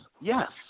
yes